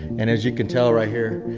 and as you can tell right here,